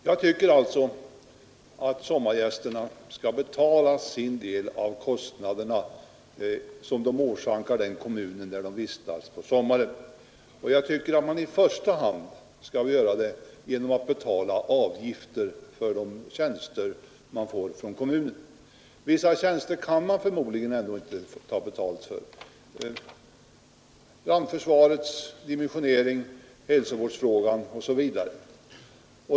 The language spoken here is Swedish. Jag tycker alltså att sommargästerna skall betala sin del av de kostnader de åsamkar den kommun där de vistas på sommaren, i första hand genom att erlägga avgifter för de tjänster kommunen ger. Vissa tjänster kan kommunerna ändå inte ta betalt för: brandförsvarets dimensionering, hälsovården osv.